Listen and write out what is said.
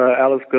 Alice